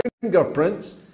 fingerprints